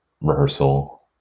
rehearsal